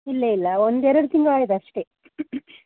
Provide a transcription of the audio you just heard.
ಇಲ್ಲ ಇಲ್ಲ ಒಂದೆರಡು ತಿಂಗಳಾಗಿದೆ ಅಷ್ಟೆ